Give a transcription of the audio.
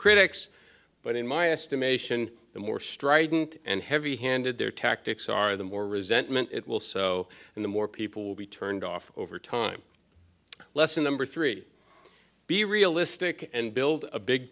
critics but in my estimation the more strident and heavy handed their tactics are the more resentment it will sow and the more people will be turned off over time lesson number three be realistic and build a big